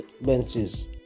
benches